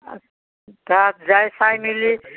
তাত যায় চাই মেলি